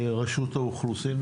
רשות האוכלוסין,